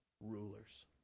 rulers